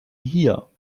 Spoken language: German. hier